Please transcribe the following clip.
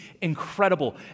incredible